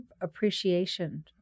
appreciation